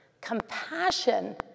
compassion